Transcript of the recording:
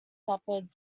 suffered